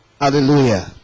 Hallelujah